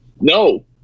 No